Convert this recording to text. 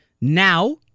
Now